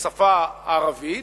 בשפה הערבית,